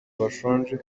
bashonje